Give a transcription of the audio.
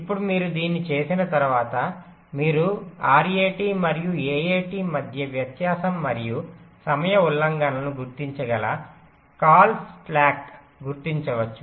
ఇప్పుడు మీరు దీన్ని చేసిన తర్వాత మీరు RAT మరియు AAT మధ్య వ్యత్యాసం మరియు సమయ ఉల్లంఘనలను గుర్తించగల కాల్ స్లాక్ను గుర్తించవచ్చు